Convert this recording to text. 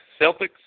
Celtics